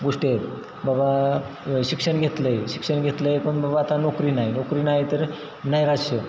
गोष्टी आहेत बाबा शिक्षण घेतलं आहे शिक्षण घेतलं आहे पण बाबा आता नोकरी नाही नोकरी नाही तर नैराश्य